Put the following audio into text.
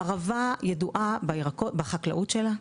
הערבה ידועה בחקלאות שלה,